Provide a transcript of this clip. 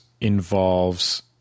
involves